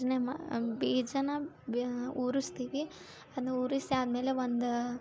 ಬೀಜ್ನೆ ಮಾ ಬೀಜನ ಉರಿಸ್ತೀವಿ ಅದನ್ನ ಉರಿಸಿ ಆದ್ಮೇಲೆ ಒಂದು